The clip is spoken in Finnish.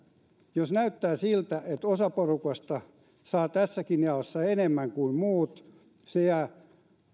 jos näyttää siltä että osa porukasta saa tässäkin jaossa enemmän kuin muut se jää